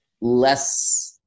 less